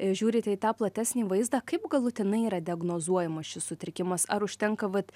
žiūrite į tą platesnį vaizdą kaip galutinai yra diagnozuojamas šis sutrikimas ar užtenka vat